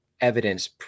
evidence